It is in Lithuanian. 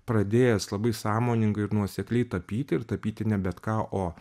pradėjęs labai sąmoningai ir nuosekliai tapyti ir tapyti ne bet ką o